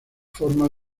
forma